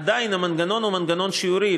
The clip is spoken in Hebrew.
עדיין המנגנון הוא מנגנון שיורי,